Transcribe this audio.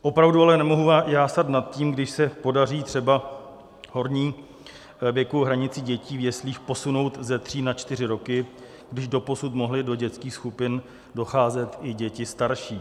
Opravdu ale nemohu jásat nad tím, když se podaří třeba horní věkovou hranici dětí v jeslích posunout ze tří na čtyři roky, když doposud mohly do dětských skupin docházet i děti starší.